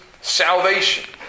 salvation